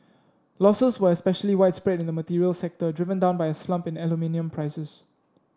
losses were especially widespread in the materials sector driven down by a slump in aluminium prices